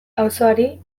auzoari